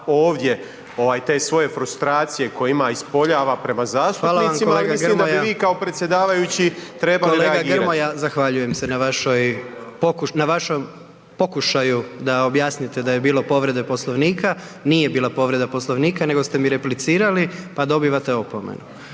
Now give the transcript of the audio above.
ovdje te svoje frustracije koje ima ispoljava prema zastupnicima i mislim da bi vi kao predsjedavajući trebali reagirati. **Jandroković, Gordan (HDZ)** Hvala vam kolega Grmoja. Kolega Grmoja, zahvaljujem se na vašem pokušaju da objasnite da je bilo povrede Poslovnika, nije bilo povrede Poslovnika nego ste mi replicirali pa dobivate opomenu.